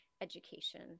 education